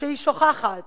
שהיא שוכחת